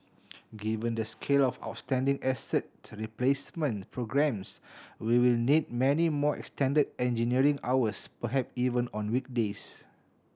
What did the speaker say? given the scale of outstanding asset replacement programmes we will need many more extended engineering hours perhaps even on weekdays